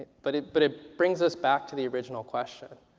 but it but ah brings us back to the original question.